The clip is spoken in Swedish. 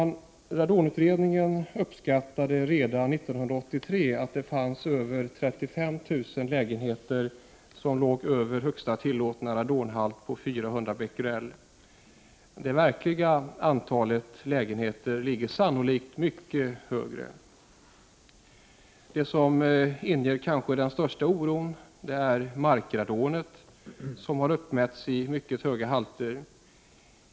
Enligt radonutredningens uppskattning fanns det redan 1983 mer än 35 000 lägenheter som låg över högsta tillåtna radonhalt på 400 Bq. Det verkliga antalet lägenheter ligger sannolikt mycket högre. Det som kanske inger den största oron är markradon, som har uppmätts i mycket höga halter.